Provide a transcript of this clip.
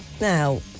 Now